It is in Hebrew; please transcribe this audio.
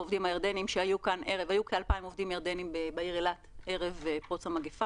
הם היו עובדים מסורים ומצוינים ולא הביתה בעיה לגייס אותם.